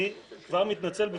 אני כבר מתנצל בפניכם,